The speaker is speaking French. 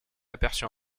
aperçus